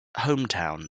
hometown